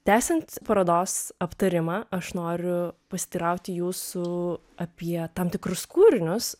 tęsiant parodos aptarimą aš noriu pasiteirauti jūsų apie tam tikrus kūrinius